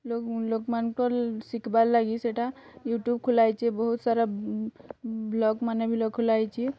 ଲୋଗ୍ ଲୋଗ୍ମାନଙ୍କର ଶିଖବାର୍ ଲାଗି ସେଟା ୟୁଟ୍ୟୁବ୍ ଖୋଲାହୋଇଛି ବହୁତ ସାରା ବ୍ଲଗ୍ମାନେ ବିଲ ଖୋଲାହୋଇଛି